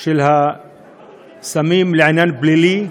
של הסמים לעניין פלילי,